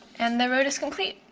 and the road is complete.